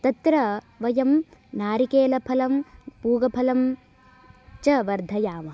तत्र वयं नारिकेलफलं पूगफलं च वर्धयामः